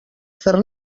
fer